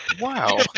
wow